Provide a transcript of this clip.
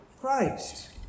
Christ